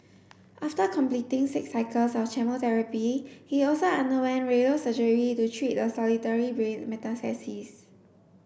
after completing six cycles of chemotherapy he also underwent radio surgery to treat the solitary brain metastasis